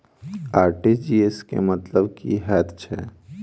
RTGS केँ मतलब की हएत छै?